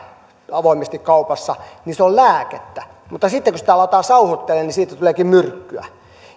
avoimesti kaupassa niin se on lääkettä mutta sitten kun sitä aletaan sauhutella siitä tuleekin myrkkyä